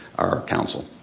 our counsel.